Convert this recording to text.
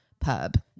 Pub